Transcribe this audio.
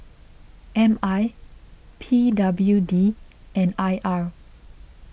M I P W D and I R